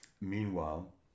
Meanwhile